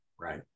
right